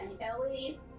Ellie